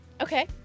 Okay